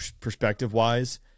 perspective-wise